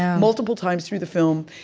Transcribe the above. multiple times through the film.